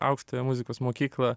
aukštąją muzikos mokyklą